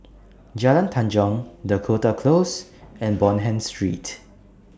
Jalan Tanjong Dakota Close and Bonham Street